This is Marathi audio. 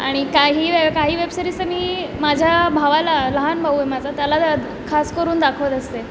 आणि काही वे काही वेबसिरीज तर मी माझ्या भावाला लहान भाऊ आहे माझा त्याला खास करून दाखवत असते